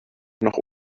noch